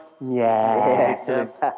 yes